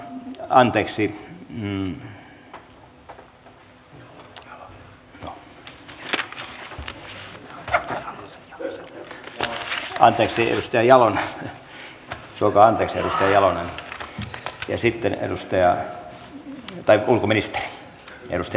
anteeksi edustaja jalonen suokaa anteeksi edustaja jalonen ja sitten ulkoministeri